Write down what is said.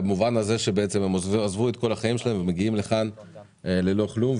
במובן הזה שבעצם הם עזבו את כל החיים שלהם ומגיעים לכאן ללא כלום,